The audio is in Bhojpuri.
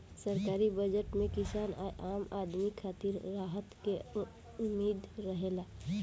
सरकारी बजट में किसान आ आम आदमी खातिर राहत के उम्मीद रहेला